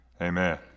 Amen